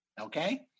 Okay